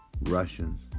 Russians